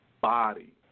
Body